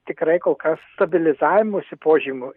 tikrai kol kas stabilizavimosi požymių